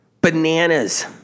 Bananas